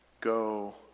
Go